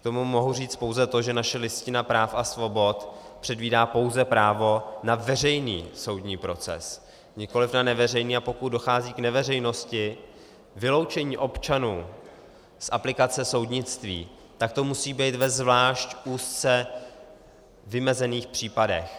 K tomu mohu říct pouze to, že naše listina práv a svobod předvídá pouze právo na veřejný soudní proces, nikoli na neveřejný, a pokud dochází k neveřejnosti, vyloučení občanů z aplikace soudnictví, tak to musí být ve zvlášť úzce vymezených případech.